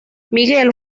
miguel